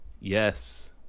yes